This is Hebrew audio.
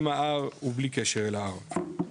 עם ההר ובלי קשר אל ההר.